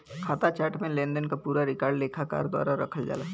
खाता चार्ट में लेनदेन क पूरा रिकॉर्ड लेखाकार द्वारा रखल जाला